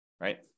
right